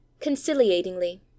conciliatingly